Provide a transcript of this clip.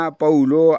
paulo